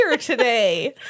today